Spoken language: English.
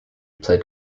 played